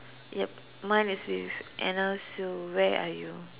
yup mine is with Anna Sue where are you